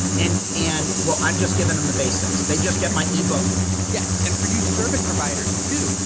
and and, well, i'm just giving them the basics. they just kept my ebook. yes. and for you service providers too,